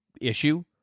issue